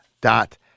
dot